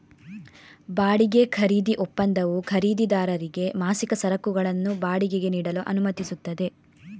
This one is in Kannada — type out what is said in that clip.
ಬಾಡಿಗೆ ಖರೀದಿ ಒಪ್ಪಂದವು ಖರೀದಿದಾರರಿಗೆ ಮಾಸಿಕ ಸರಕುಗಳನ್ನು ಬಾಡಿಗೆಗೆ ನೀಡಲು ಅನುಮತಿಸುತ್ತದೆ